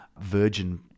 Virgin